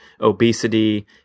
obesity